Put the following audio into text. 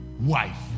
wife